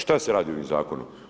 Šta se radi ovim zakonom?